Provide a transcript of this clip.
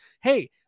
Hey